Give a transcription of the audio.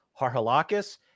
Harhalakis